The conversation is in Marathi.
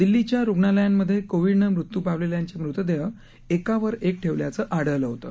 दिल्लीच्या रुग्णालयांमधे कोविडनं मृत्यू पावलेल्यांचे मृतदेह एकावर एक ठेवल्याचं आढळलं होतं